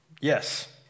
Yes